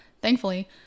thankfully